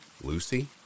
Lucy